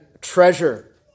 treasure